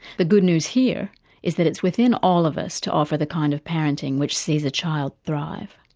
the good news here is that it's within all of us to offer the kind of parenting which sees a child thrive.